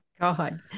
God